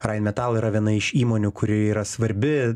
rainmetal yra viena iš įmonių kuri yra svarbi